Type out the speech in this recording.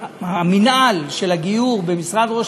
מה שקרה עם הבג"ץ היה שמינהל הגיור במשרד ראש